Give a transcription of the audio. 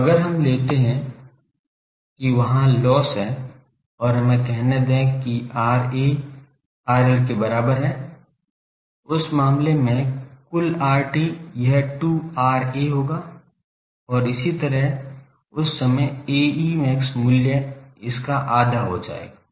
तो अगर हम लेते है कि वहाँ लॉस हैं और हमें कहने दें कि RA RL के बराबर है उस मामले में कुल RT यह 2 RA होगा और इसी तरह उस समय Ae max मूल्य इसका आधा हो जाएगा